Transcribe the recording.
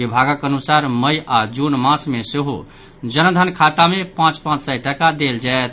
विभागक अनुसार मई आओर जून मास मे सेहो जन धन खाता मे पांच पांच सय टाका देल जायत